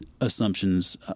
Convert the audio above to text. assumptions